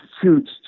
huge